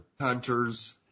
Hunters